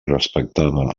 respectava